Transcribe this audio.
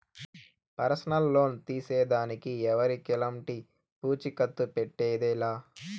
personal loan తీసేదానికి ఎవరికెలంటి పూచీకత్తు పెట్టేదె లా